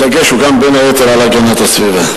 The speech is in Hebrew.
הדגש הוא גם בין היתר על הגנת הסביבה.